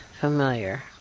familiar